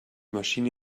maschine